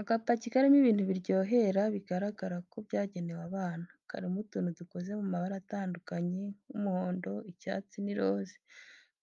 Agapaki karimo ibintu biryohera, bigaragara ko byagenewe abana, karimo utuntu dukoze mu mabara atandukanye nk'umuhondo, icyatsi n'iroze.